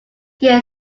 year